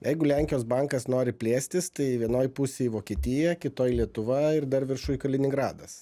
jeigu lenkijos bankas nori plėstis tai vienoj pusėj vokietija kitoj lietuva ir dar viršuj kaliningradas